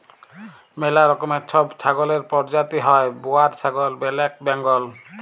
ম্যালা রকমের ছব ছাগলের পরজাতি হ্যয় বোয়ার ছাগল, ব্যালেক বেঙ্গল